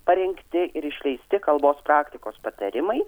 parengti ir išleisti kalbos praktikos patarimai